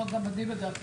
לא, גם אני בדקתי.